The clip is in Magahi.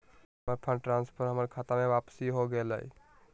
हमर फंड ट्रांसफर हमर खता में वापसी हो गेलय